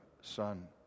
Son